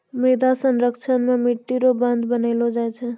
मृदा संरक्षण मे मट्टी रो बांध बनैलो जाय छै